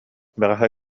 бэҕэһээ